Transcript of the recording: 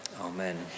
amen